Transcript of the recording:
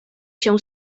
się